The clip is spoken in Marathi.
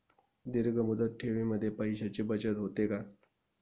दीर्घ मुदत ठेवीमध्ये पैशांची बचत होते का?